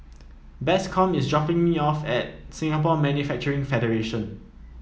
Bascom is dropping me off at Singapore Manufacturing Federation